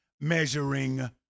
measuring